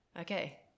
Okay